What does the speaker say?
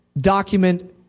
document